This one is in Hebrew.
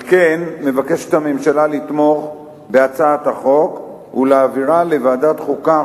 על כן מבקשת הממשלה לתמוך בהצעת החוק ולהעבירה לוועדת החוקה,